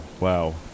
Wow